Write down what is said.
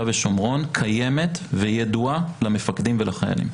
ושומרון קיימת וידועה למפקדים ולחיילים.